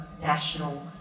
national